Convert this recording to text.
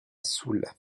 soule